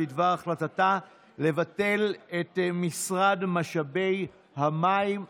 בדבר החלטתה לבטל את משרד משאבי המים,